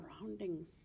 surroundings